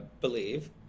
believe